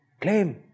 claim